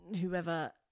whoever